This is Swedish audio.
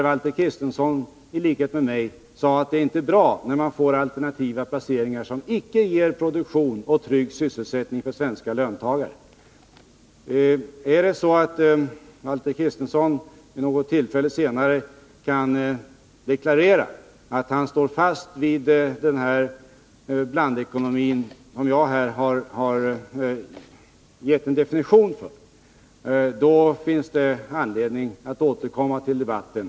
Valter Kristenson sade ju, i likhet med mig, att det inte är bra med alternativa placeringar som icke ger produktion eller trygg sysselsättning för svenska 73 Om Valter Kristenson vid något senare tillfälle kan deklarera att han håller fast vid den blandekonomi som jag här har definierat, finns det anledning att återkomma till debatten.